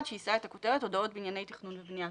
שיישא את הכותרת הודעות בענייני תכנון ובנייה.